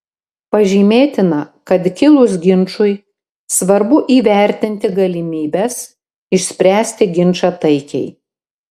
pažymėtina kad kilus ginčui svarbu įvertinti galimybes išspręsti ginčą taikiai